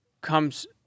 comes